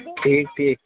ٹھیک ٹھیک